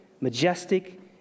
majestic